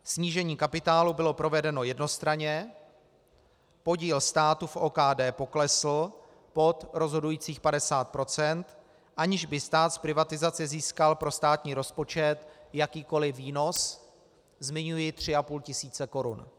Snížení kapitálu bylo provedeno jednostranně, podíl státu v OKD poklesl pod rozhodujících 50 %, aniž by stát z privatizace získal pro státní rozpočet jakýkoli výnos, zmiňuji 3 500 korun.